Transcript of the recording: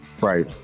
Right